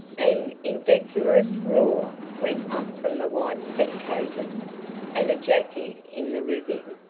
an indecorous roar went up from the white spectators and a jacky in the rigging,